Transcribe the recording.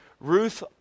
Ruth